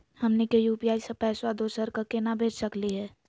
हमनी के यू.पी.आई स पैसवा दोसरा क केना भेज सकली हे?